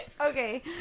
Okay